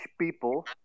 people